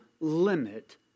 limit